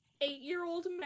eight-year-old